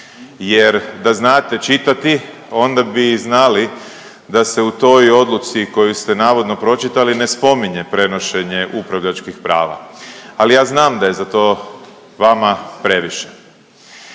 jer da znate čitati onda bi znali da se u toj odluci koju ste navodno pročitali ne spominje prenošenje upravljačkih prava, ali ja znam da je za to vama previše.